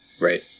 Right